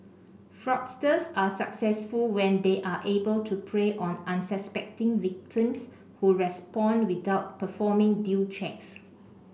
fraudsters are successful when they are able to prey on unsuspecting victims who respond without performing due checks